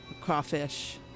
crawfish